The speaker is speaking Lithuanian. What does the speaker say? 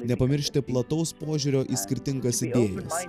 nepamiršti plataus požiūrio į skirtingas idėjas